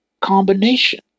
combination